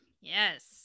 Yes